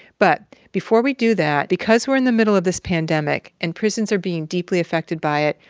but before we do that, because we're in the middle of this pandemic and prisons are being deeply affected by it,